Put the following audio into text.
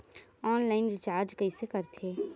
Online recharge कइसे करथे?